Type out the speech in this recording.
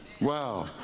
Wow